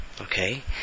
Okay